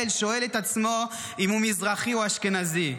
שואל את עצמו אם הוא מזרחי או אשכנזי.